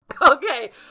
Okay